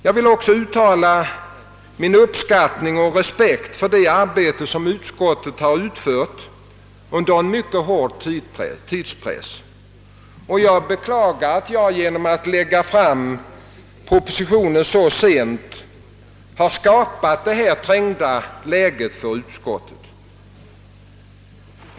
Jag vill också uttala min uppskattning och respekt för det arbete utskottet utfört under en mycket hård tidspress. Jag beklagar att jag genom att lägga fram propositionen så sent har skapat ett trängt läge för utskottet.